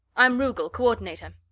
i'm rugel, coordinator.